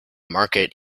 market